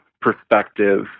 perspective